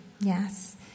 Yes